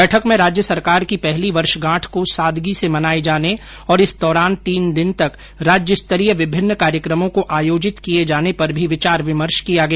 बैठक में राज्य सरकार की पहली वर्षगांठ को सादगी से मनाये जाने और इस दौरान तीन दिन तक राज्यस्तरीय विभिन्न कार्यक्रमों को आयोजित किये जाने पर भी विचार विमर्श किया गया